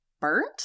burnt